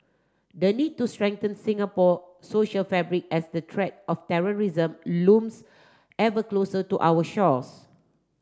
the need to strengthen Singapore social fabric as the threat of terrorism looms ever closer to our shores